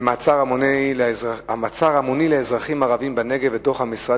מעצר המוני של אזרחים ערבים בנגב ודוח המשרד